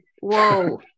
whoa